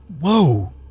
whoa